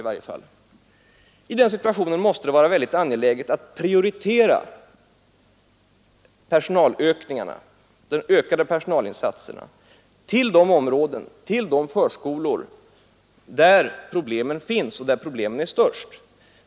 Då måste det, säger vi, vara angeläget att prioritera personalökningarna till de förskolor där problemen är störst.